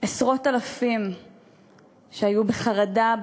עשרות אלפים שהיו בחרדה,